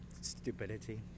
Stupidity